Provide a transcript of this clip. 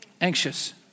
anxious